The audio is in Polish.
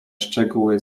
szczegóły